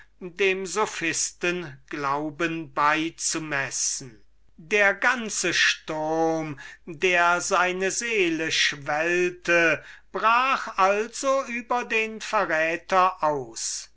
dem sophisten glauben beizumessen der ganze sturm der seine seele schwellte brach also über den verräter aus